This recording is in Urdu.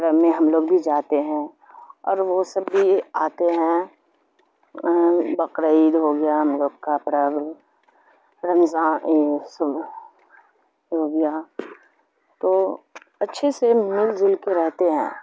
پر میں ہم لوگ بھی جاتے ہیں اور وہ سب بھی آتے ہیں بقرعید ہو گیا ہم لوگ کا پرب رمضان سب ہو گیا تو اچھے سے مل جل کے رہتے ہیں